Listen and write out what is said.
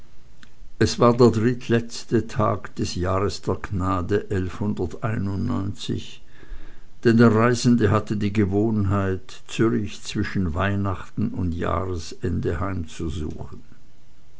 es war der drittletzte tag des jahres der gnade denn der reisende hatte die gewohnheit zürich zwischen weihnachten und jahresende heimzusuchen